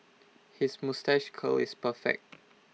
his moustache curl is perfect